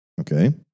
okay